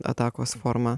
atakos forma